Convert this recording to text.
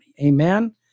Amen